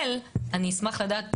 ואני אשמח גם לדעת פילוח,